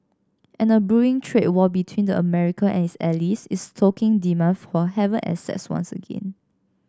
and a brewing trade war between the America and its allies is stoking demand for haven assets once again